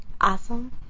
Awesome